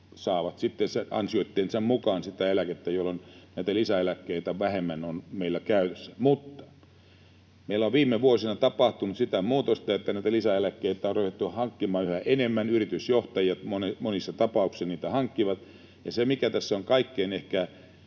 saavat sitten ansioittensa mukaan sitä eläkettä, jolloin näitä lisäeläkkeitä vähemmän on meillä käytössä. Mutta: meillä on viime vuosina tapahtunut sitä muutosta, että näitä lisäeläkkeitä on ruvettu hankkimaan yhä enemmän, yritysjohtajat monissa tapauksissa niitä hankkivat, ja se, mikä tässä on ehkä